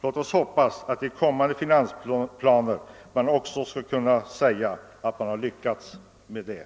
Låt oss hoppas att man i kommande finansplaner också skall kunna säga att man lyckats därmed.